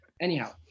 anyhow